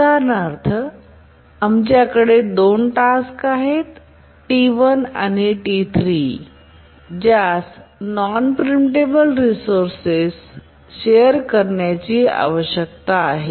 उदाहरणार्थ आमच्याकडे 2 टास्क आहेत T1 आणि T3 ज्यास नॉन प्रिमटेबल रिसोर्सेस शेअर करण्याची आवश्यकता आहे